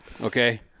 okay